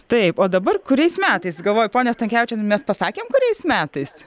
taip o dabar kuriais metais galvoju pone stankevičiau mes pasakėme kuriais metais